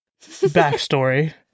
backstory